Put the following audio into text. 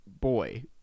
boy